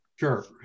Sure